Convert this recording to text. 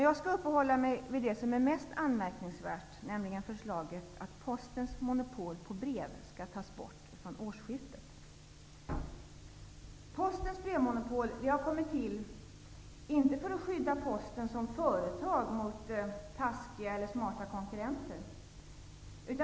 Jag skall uppehålla mig vid det som är mest anmärkningsvärt, nämligen förslaget att postens monopol på brevbefordran skall tas bort från årsskiftet. Postens brevmonopol har inte kommit till för att skydda Posten som företag mot taskiga eller smarta konkurrenter.